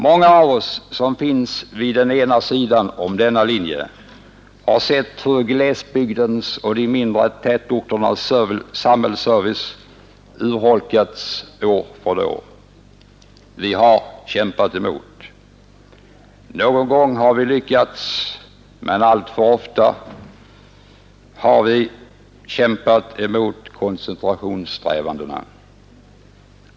Många av oss på den ena sidan av denna skiljelinje har sett hur glesbygdens och de mindre tätorternas samhällsservice utholkats år från år. Vi har kämpat emot. Någon gång har vi lyckats, men alltför ofta har vi kämpat förgäves mot koncentrationssträvandena.